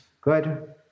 Good